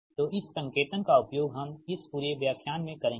तो इस संकेतन का उपयोग हम इस पूरे व्याख्यान मे करेंगे